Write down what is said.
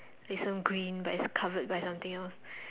there's some green but it's covered by something else